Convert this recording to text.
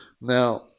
Now